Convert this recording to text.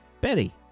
Betty